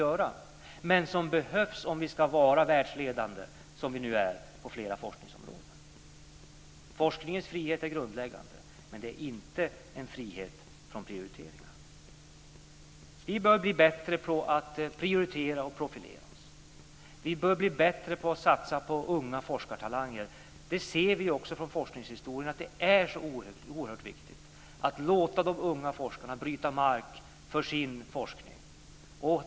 Det behövs prioriteringar om vi ska vara världsledande, som vi nu är på flera forskningsområden. Forskningens frihet är grundläggande. Men det är inte en frihet från prioriteringar. Vi bör bli bättre på att prioritera och profilera oss. Vi bör bli bättre på att satsa på unga forskartalanger. Vi ser också från forskningshistorien är att det är oerhört viktig att låta de unga forskarna bryta mark för sin forskning.